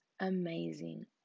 amazing